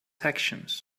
actions